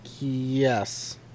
Yes